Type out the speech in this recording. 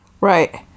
right